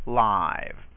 live